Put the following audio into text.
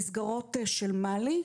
במסגרות של מל"י.